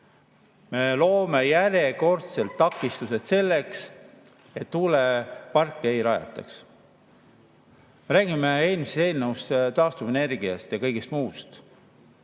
Me loome järjekordselt takistused selleks, et tuuleparke ei rajataks. Me räägime eelmises eelnõus taastuvenergiast ja kõigest muust.